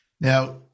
Now